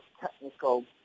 technical